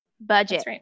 budget